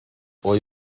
hoy